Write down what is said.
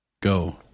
go